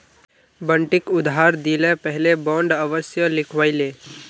बंटिक उधार दि ल पहले बॉन्ड अवश्य लिखवइ ले